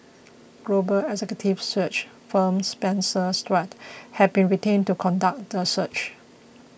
global executive search firm Spencer Stuart has been retained to conduct the search